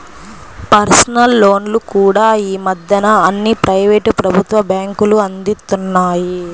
personal లోన్లు కూడా యీ మద్దెన అన్ని ప్రైవేటు, ప్రభుత్వ బ్యేంకులూ అందిత్తన్నాయి